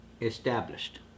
Established